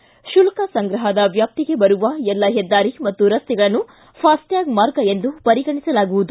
ಶುಲ್ಕ ಸಂಗ್ರಹದ ವಾಷ್ತಿಗೆ ಬರುವ ಎಲ್ಲ ಹೆದ್ದಾರಿ ಮತ್ತು ರಸ್ತೆಗಳನ್ನು ಫಾಸ್ಟ್ಕಾಗ್ ಮಾರ್ಗ್ ಎಂದು ಪರಿಗಣಿಸಲಾಗುವುದು